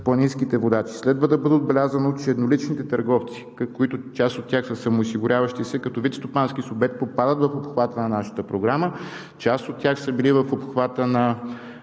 планинските водачи. Следва да бъде отбелязано, че едноличните търговци, част от тях, които са самоосигуряващи се, като вид стопански субект попадат в обхвата на нашата програма. Част от тях са били в обхвата на